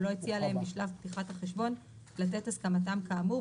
או לא הציע להם בשלב פתיחת החשבון לתת הסכמתם כאמור,